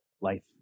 life